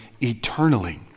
eternally